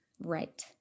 Right